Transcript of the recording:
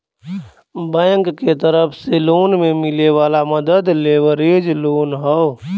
bank के तरफ से लोन में मिले वाला मदद लेवरेज लोन हौ